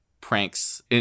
pranks